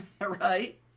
Right